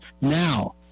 Now